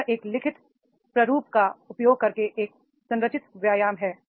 यह एक लिखित प्रारूप का उपयोग करके एक संरचित व्यायाम है